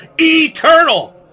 eternal